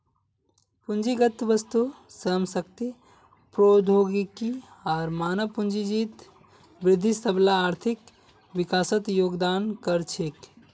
पूंजीगत वस्तु, श्रम शक्ति, प्रौद्योगिकी आर मानव पूंजीत वृद्धि सबला आर्थिक विकासत योगदान कर छेक